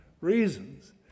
reasons